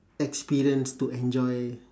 experience to enjoy